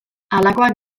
halakoak